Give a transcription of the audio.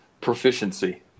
proficiency